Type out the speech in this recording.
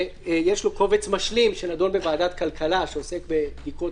שיש לו קובץ משלים שנדון בוועדת הכלכלה שעוסק בבדיקות